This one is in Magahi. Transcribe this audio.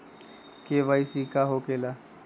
के.वाई.सी का हो के ला?